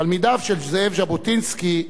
תלמידיו של זאב ז'בוטינסקי,